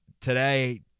today